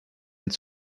viel